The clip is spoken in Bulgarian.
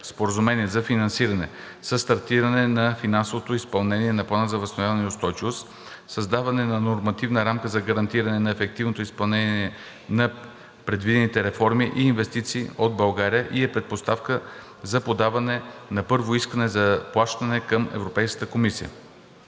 споразумение за финансиране, са стартиране на финансовото изпълнение на Плана за възстановяване и устойчивост, създаване на нормативна рамка за гарантиране на ефективното изпълнение на предвидените реформи и инвестиции от България и е предпоставка за подаване на първо искане за плащане към Европейската комисия.